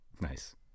Nice